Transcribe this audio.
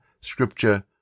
scripture